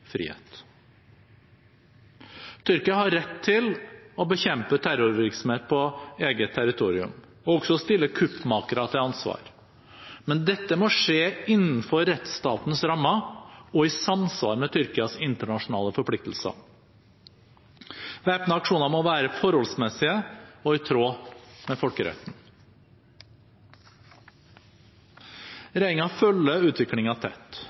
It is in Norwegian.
frihet». Tyrkia har rett til å bekjempe terrorvirksomhet på eget territorium og også stille kuppmakere til ansvar, men dette må skje innenfor rettsstatens rammer og i samsvar med Tyrkias internasjonale forpliktelser. Væpnede aksjoner må være forholdsmessige og i tråd med folkeretten. Regjeringen følger utviklingen tett.